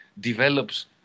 develops